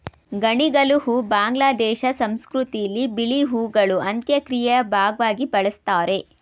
ಗಣಿಗಲು ಹೂ ಬಾಂಗ್ಲಾದೇಶ ಸಂಸ್ಕೃತಿಲಿ ಬಿಳಿ ಹೂಗಳು ಅಂತ್ಯಕ್ರಿಯೆಯ ಭಾಗ್ವಾಗಿ ಬಳುಸ್ತಾರೆ